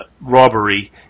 robbery